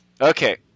okay